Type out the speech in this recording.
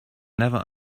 never